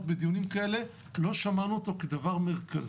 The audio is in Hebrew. לא שמעתי אותו בדיונים כאלה לא שמענו אותו כדבר מרכזי.